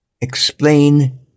explain